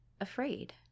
afraid